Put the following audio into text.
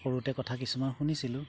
সৰুতে কথা কিছুমান শুনিছিলোঁ